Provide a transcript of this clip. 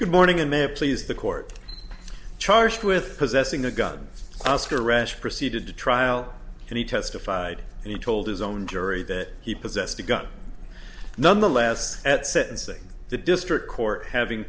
good morning in may have please the court charged with possessing a gun ask a rash proceeded to trial and he testified and he told his own jury that he possessed a gun nonetheless at sentencing the district court having